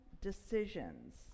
decisions